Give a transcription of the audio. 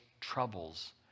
troubles